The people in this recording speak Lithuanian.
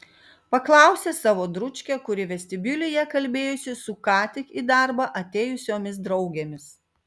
paklausė savo dručkę kuri vestibiulyje kalbėjosi su ką tik į darbą atėjusiomis draugėmis